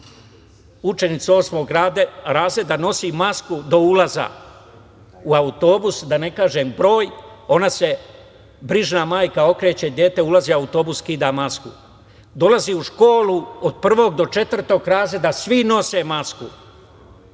učenicu 8. razreda, nosi masku do ulaza u autobus, da ne kažem broj, ona se, brižna majka okreće, dete ulazi u autobus, skida masku. Dolazi u školu od prvog do četvrtog razreda, svi nose masku.